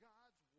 God's